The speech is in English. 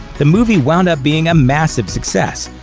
the movie wound up being a massive success,